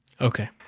Okay